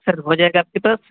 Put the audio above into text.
سر ہو جائے گا آپ کے پاس